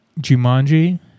jumanji